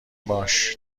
باش